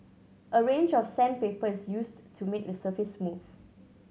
a range of sandpaper is used to make the surface smooth